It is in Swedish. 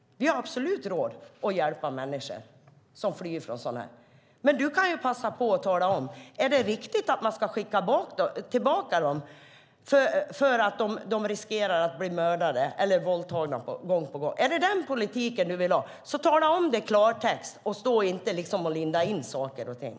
Vi har absolut råd att hjälpa människor som flyr. Kent Ekeroth kan passa på att tala om huruvida det är riktigt att skicka tillbaka dem dit där de riskerar att bli mördade eller våldtagna. Är det den politiken du vill ha? Så tala om det i klartext och stå inte och linda in saker och ting.